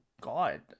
god